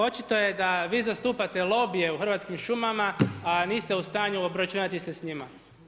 Očito je da vi zastupate lobije u Hrvatskim šumama a niste u stanju obračunati se s njima.